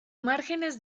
márgenes